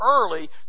early